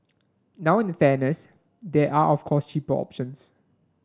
now in fairness there are of course cheaper options